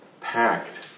packed